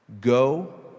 Go